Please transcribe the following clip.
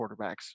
quarterbacks